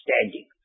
standing